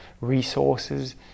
resources